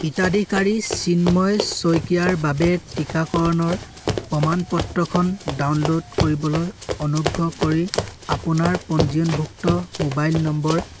হিতাধিকাৰী চিন্ময় শইকীয়াৰ বাবে টিকাকৰণৰ প্ৰমাণ পত্ৰখন ডাউনলোড কৰিবলৈ অনুগ্ৰহ কৰি আপোনাৰ পঞ্জীয়নভুক্ত মোবাইল নম্বৰ